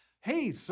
Hey